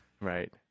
Right